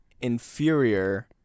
inferior